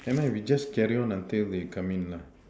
never mind we just carry on until they come in lah